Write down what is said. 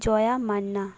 Jaya Manna